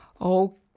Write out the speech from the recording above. Okay